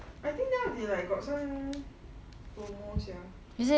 I think now they like got some promotion sia